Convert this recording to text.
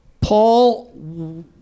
Paul